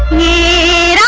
e